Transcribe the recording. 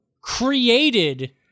created